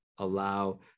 Allow